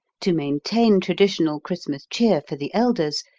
to maintain traditional christmas cheer for the elders,